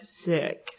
sick